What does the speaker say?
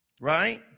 right